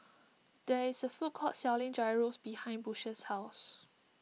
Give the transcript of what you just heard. there is a food court selling Gyros behind Bush's house